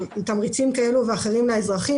מתמריצים כאלה ואחרים לאזרחים.